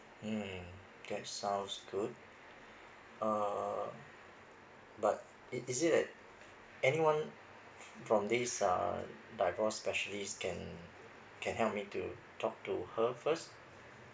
mm that sounds good uh but it is it that anyone from this uh divorce specialist can can help me to talk to her first